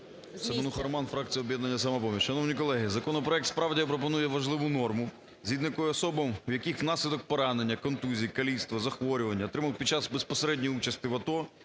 СеменухаРоман, фракція "Об'єднання "Самопоміч". Шановні колеги, законопроект справді пропонує важливу норму, згідно якої особам, в яких внаслідок поранення, контузій, каліцтва, захворювань, отриманих під час безпосередньої участі в АТО,